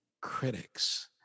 critics